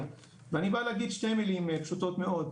ואני בא להגיד שתי מלים פשוטות מאוד,